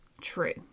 true